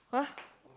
!huh!